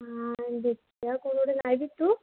ନାହିଁ ଦେଖିବା କ'ଣ ଗୋଟେ